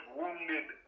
wounded